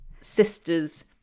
sister's